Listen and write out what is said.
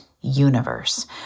universe